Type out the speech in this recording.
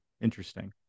Interesting